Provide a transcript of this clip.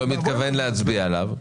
אני לא מתכוון להצביע עליו.